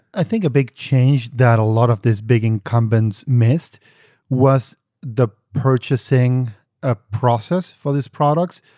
i think a big change that a lot of these big incumbents missed was the purchasing ah process for these products.